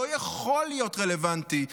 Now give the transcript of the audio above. לא יכול להיות רלוונטי,